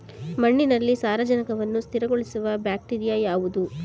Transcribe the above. ಮಣ್ಣಿನಲ್ಲಿ ಸಾರಜನಕವನ್ನು ಸ್ಥಿರಗೊಳಿಸುವ ಬ್ಯಾಕ್ಟೀರಿಯಾ ಯಾವುದು?